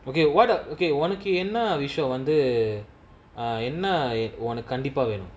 okay what up okay ஒனக்கு என்னா விசயோ வந்து:onaku ennaa visayo vanthu err என்னா:ennaa eh ஒனக்கு கண்டிப்பா வேணு:onaku kandipaa venu